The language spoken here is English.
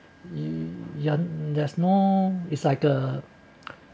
ya there's more it's like a